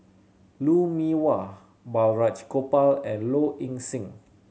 Lou Mee Wah Balraj Gopal and Low Ing Sing